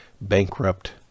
bankrupt